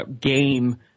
game